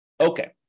Okay